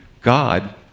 God